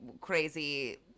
crazy